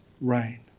rain